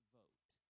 vote